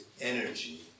energy